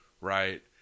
Right